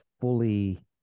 fully